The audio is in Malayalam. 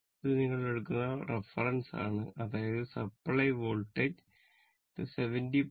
ഇത് നിങ്ങൾ എടുക്കുന്ന റഫറൻസാണ് അതായത് സപ്ലൈ വോൾട്ടേജ് ഇത് 70